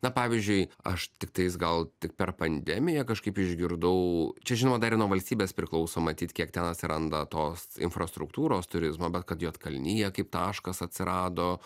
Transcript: na pavyzdžiui aš tiktais gal tik per pandemiją kažkaip išgirdau čia žinoma dar ir nuo valstybės priklauso matyt kiek ten atsiranda tos infrastruktūros turizmo bet kad juodkalnija kaip taškas atsirado